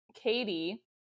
Katie